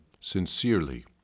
sincerely